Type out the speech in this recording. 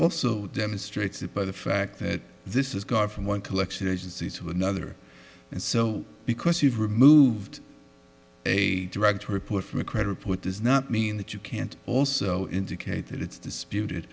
also demonstrates it by the fact that this is going from one collection agency to another and so because you've removed a direct report from a credit report does not mean that you can't also indicated it's disputed